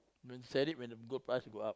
then sell it when the gold price go up